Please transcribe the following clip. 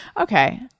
Okay